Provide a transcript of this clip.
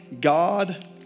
God